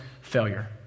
failure